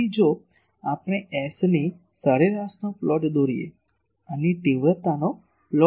તેથી જો આપણે S ની સરેરાશ નો પ્લોટ દોરીએ આની તીવ્રતા નો પ્લોટ દોરી શકીએ